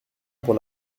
pour